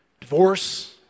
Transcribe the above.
divorce